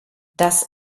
das